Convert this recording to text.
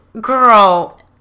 girl